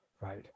right